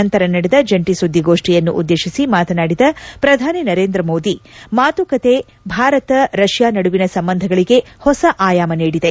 ನಂತರ ನಡೆದ ಜಂಟಿ ಸುದ್ದಿಗೋಷ್ಡಿಯನ್ನುದ್ದೇಶಿಸಿ ಮಾತನಾಡಿದ ಪ್ರಧಾನಿ ನರೇಂದ್ರ ಮೋದಿ ಮಾತುಕತೆ ಭಾರತ ರಷ್ಯಾ ನಡುವಿನ ಸಂಬಂಧಗಳಿಗೆ ಹೊಸ ಆಯಾಮ ನೀಡಿದೆ